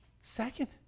Second